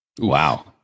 Wow